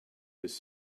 his